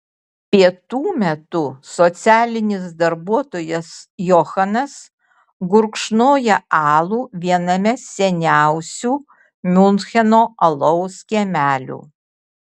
pietų metu socialinis darbuotojas johanas gurkšnoja alų viename seniausių miuncheno alaus kiemelių